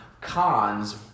cons